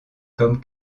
comme